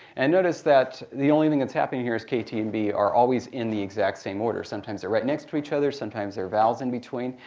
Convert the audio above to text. and notice that the only thing that's happening here is k, t, and b are always in the exact same order. sometimes, they're right next to each other. sometimes, there are vowels in between.